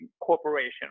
corporation